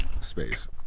Space